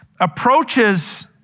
approaches